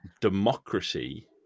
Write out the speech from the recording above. democracy